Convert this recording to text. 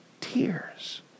tears